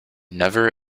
never